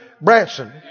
Branson